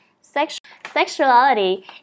sexuality